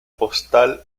postal